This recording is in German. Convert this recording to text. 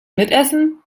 mitessen